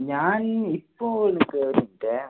ഞാൻ ഇപ്പോൾ നിൽക്ക് ഒരു മിനുട്ടേ